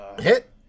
hit